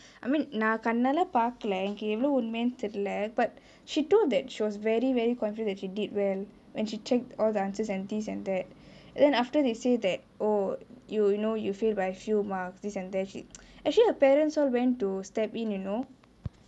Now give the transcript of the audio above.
I mean நா கண்ணாலே பாக்கலே எனக்கு எது உண்மைனு தெரிலே:naa kannalae paakelae enaku ethu unmeinu terilae but she thought that she was very very confident that she did well when she checked all the answers and this and that then after they said that oh you you know you failed by a few marks this and that she actually her parents all went to step in you know